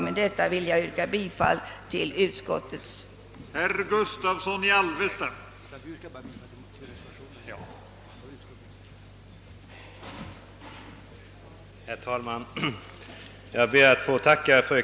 Med det anförda vill jag yrka bifall till utskottets förslag.